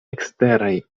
eksteraj